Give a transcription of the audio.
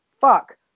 fuck